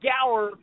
Gower